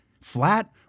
Flat